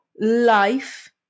life